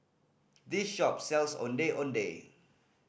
this shop sells Ondeh Ondeh